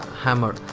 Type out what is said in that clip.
hammer